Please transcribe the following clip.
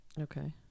okay